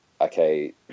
okay